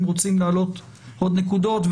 אם רוצים להעלות עוד נקודות,